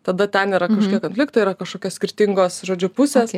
tada ten yra kažkokie konfliktai yra kažkokios skirtingos žodžiu pusės